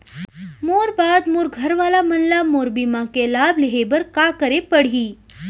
मोर बाद मोर घर वाला मन ला मोर बीमा के लाभ लेहे बर का करे पड़ही?